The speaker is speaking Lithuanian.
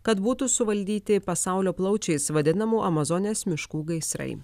kad būtų suvaldyti pasaulio plaučiais vadinamų amazonės miškų gaisrai